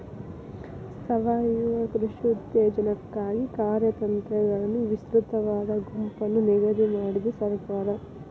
ಸಾವಯವ ಕೃಷಿ ಉತ್ತೇಜನಕ್ಕಾಗಿ ಕಾರ್ಯತಂತ್ರಗಳನ್ನು ವಿಸ್ತೃತವಾದ ಗುಂಪನ್ನು ನಿಗದಿ ಮಾಡಿದೆ ಸರ್ಕಾರ